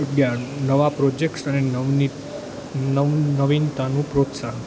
અગિયાર નવા પ્રોજેક્ટ્સ અને નવનીત નવીનતાનું પ્રોત્સાહન